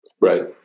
Right